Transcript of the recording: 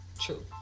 true